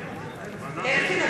נכון, אלקין,